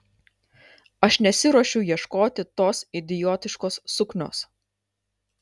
aš nesiruošiu ieškoti tos idiotiškos suknios